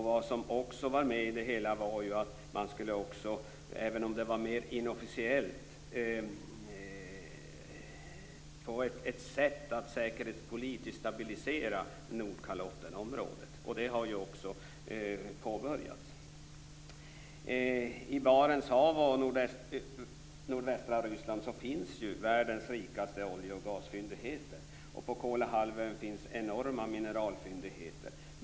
Även om det var mer inofficiellt skulle man också hitta ett sätt för en säkerhetspolitisk stabilitet i Nordkalottenområdet, ett arbete som nu har påbörjats. I Barents hav utanför nordvästra Ryssland finns världens rikaste olje och gasfyndigheter. På Kolahalvön finns enorma mineralfyndigheter.